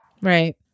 Right